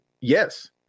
yes